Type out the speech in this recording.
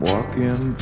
Walking